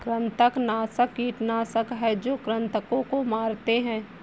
कृंतकनाशक कीटनाशक हैं जो कृन्तकों को मारते हैं